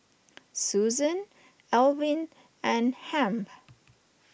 Susan Alvin and Hamp